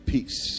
Peace